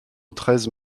treize